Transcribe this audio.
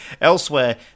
Elsewhere